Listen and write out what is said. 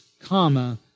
comma